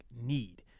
need